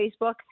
Facebook